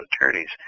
attorneys